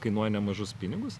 kainuoja nemažus pinigus